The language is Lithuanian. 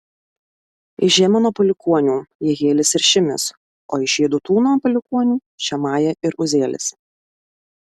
iš hemano palikuonių jehielis ir šimis o iš jedutūno palikuonių šemaja ir uzielis